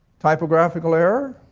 typographical error?